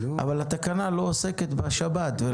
אבל התקנה לא עוסקת בשבת.